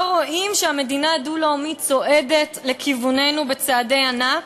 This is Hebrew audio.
לא רואים שהמדינה הדו-לאומית צועדת בכיווננו בצעדי ענק.